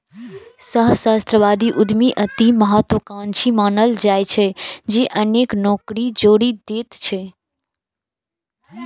सहस्राब्दी उद्यमी अति महात्वाकांक्षी मानल जाइ छै, जे अनेक नौकरी छोड़ि दैत छै